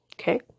okay